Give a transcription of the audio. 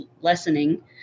lessening